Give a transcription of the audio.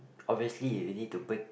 obviously you already to break